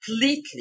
completely